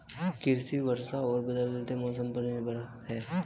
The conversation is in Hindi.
कृषि वर्षा और बदलते मौसम पर निर्भर है